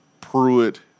Pruitt